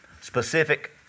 specific